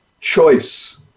choice